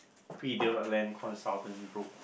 pre development land called a Southern Rope